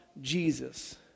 Jesus